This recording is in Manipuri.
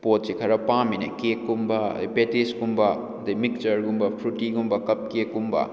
ꯄꯣꯠꯁꯤ ꯈꯔ ꯄꯥꯝꯃꯤꯅꯦ ꯀꯦꯛꯒꯨꯝꯕ ꯄꯦꯇꯤꯁꯒꯨꯝꯕ ꯑꯗꯨꯗꯩ ꯃꯤꯛꯁꯆꯔꯒꯨꯝꯕ ꯐ꯭ꯔꯨꯇꯤꯒꯨꯝꯕ ꯀꯞ ꯀꯦꯛꯒꯨꯝꯕꯥ